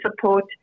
support